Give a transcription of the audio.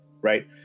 right